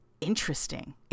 interesting